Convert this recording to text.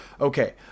Okay